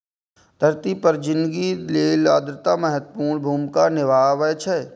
धरती पर जिनगी लेल आर्द्रता महत्वपूर्ण भूमिका निभाबै छै